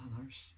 others